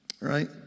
right